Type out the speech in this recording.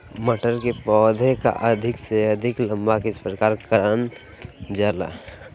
मटर के पौधा को अधिक से अधिक लंबा किस प्रकार कारण जाला?